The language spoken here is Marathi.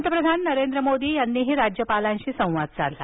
पंतप्रधान नरेंद्र मोदी यांनीही राज्यपालांशी संवाद साधला